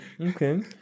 okay